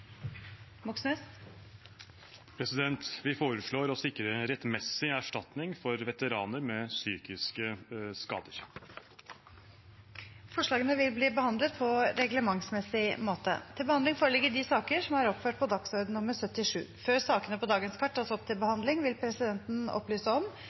å sikre rettmessig erstatning for norske veteraner med psykiske skader. Forslagene vil bli behandlet på reglementsmessig måte. Før sakene på dagens kart tas opp til behandling,